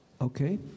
Okay